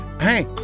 hey